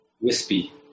wispy